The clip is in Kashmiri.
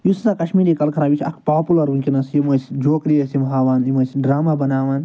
یُس ہسا کشمیٖری کَل خراب یہِ چھِ اَکھ پاپُلَر وٕنۍکٮ۪نَس یِم ٲسۍ جوکری ٲسۍ یِم ہاوان یِم ٲسۍ ڈرٛاما بناوان